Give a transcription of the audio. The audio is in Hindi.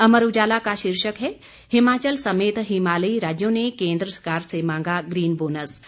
अमर उजाला का शीर्षक है हिमाचल समेत हिमालयी राज्यों ने केन्द्र सरकार से मांगा ग्रीन बोनस